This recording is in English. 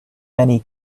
many